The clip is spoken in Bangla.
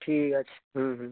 ঠিক আছে হুম হুম